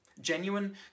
genuine